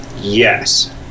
Yes